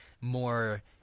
more